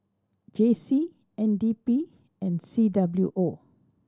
J C N D P and C W O